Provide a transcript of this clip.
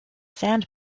sand